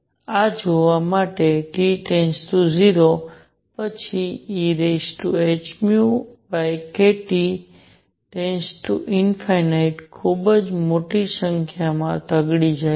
આ જોવા માટે T 0 પછી ehνkT→∞ ખૂબ મોટી સંખ્યામાં તગડી જાય છે